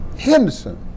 Henderson